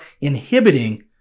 inhibiting